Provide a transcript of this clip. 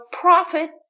Profit